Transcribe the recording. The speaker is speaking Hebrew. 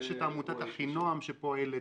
יש את עמותת אחינועם שפועלת.